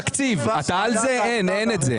בתקציב אין את זה.